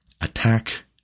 Attack